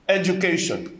education